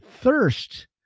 thirst